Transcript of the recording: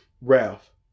Ralph